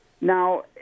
Now